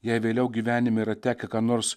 jai vėliau gyvenime yra tekę kam nors